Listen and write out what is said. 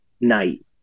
night